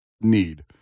need